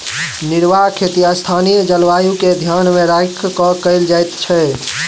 निर्वाह खेती स्थानीय जलवायु के ध्यान मे राखि क कयल जाइत छै